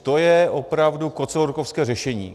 To je opravdu kocourkovské řešení.